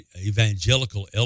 Evangelical